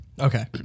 Okay